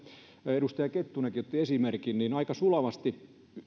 edustaja kettunenkin otti esimerkin on aika sulavasti